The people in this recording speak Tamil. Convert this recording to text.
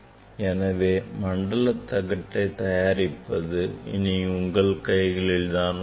எனவே மண்டல தகட்டை தயாரிப்பது இனி உங்கள் கைகளில் தான் உள்ளது